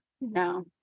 No